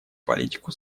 политику